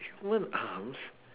human arms